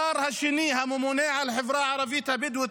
השר השני הממונה על החברה הערבית הבדואית